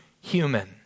human